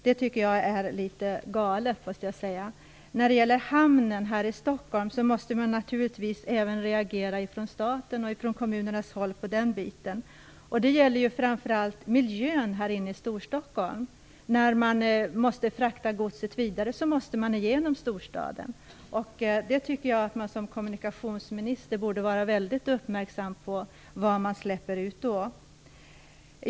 Det är litet galet, måste jag säga. När det gäller hamnen här i Stockholm måste naturligtvis både staten och kommunerna reagera. Framför allt gäller det miljön i Storstockholm. När godset skall fraktas vidare måste man ju åka genom storstaden. Jag tycker att en kommunikationsminister borde vara väldigt uppmärksam på de utsläppen.